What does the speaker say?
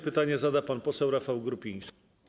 Pytanie zada pan poseł Rafał Grupiński.